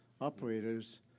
operators